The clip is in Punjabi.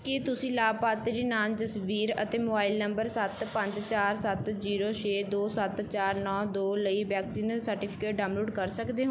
ਕੀ ਤੁਸੀਂ ਲਾਭਪਾਤਰੀ ਨਾਂ ਜਸਵੀਰ ਅਤੇ ਮੋਬਾਈਲ ਨੰਬਰ ਸੱਤ ਪੰਜ ਚਾਰ ਸੱਤ ਜੀਰੋ ਛੇ ਦੋ ਸੱਤ ਚਾਰ ਨੌ ਦੋ ਲਈ ਵੈਕਸੀਨ ਸਰਟੀਫਿਕੇਟ ਡਾਊਨਲੋਡ ਕਰ ਸਕਦੇ ਹੋ